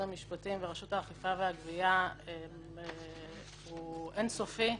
המשפטים ורשות האכיפה והגבייה הוא אין סופי,